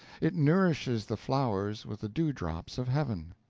it nourishes the flowers with the dew-drops of heaven.